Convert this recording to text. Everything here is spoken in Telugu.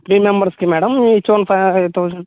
త్రీ మెంబర్స్ కి మ్యాడం ఈచ్ వన్ ఫైవ్ హ థౌసండ్